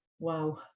Wow